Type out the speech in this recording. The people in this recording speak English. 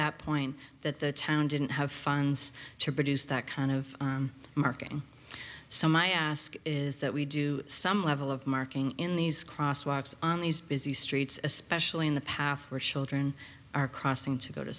that point that the town didn't have funds to produce that kind of marking so my ask is that we do some level of marking in these crosswalks on these busy streets especially in the path where children are crossing to go to